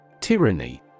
Tyranny